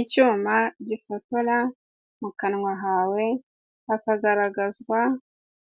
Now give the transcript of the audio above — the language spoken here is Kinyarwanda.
Icyuma gifotora mu kanwa hawe, hakagaragazwa